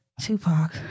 tupac